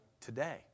today